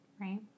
right